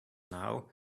now